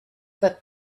that